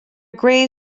grave